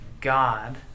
God